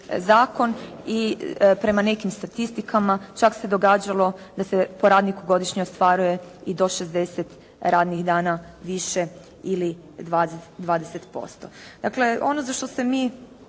zakon i prema nekim statistikama čak se događalo da se po radniku godišnje ostvaruje i do 60 radnih dana više ili 20%. Dakle, ono za što se mi